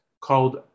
called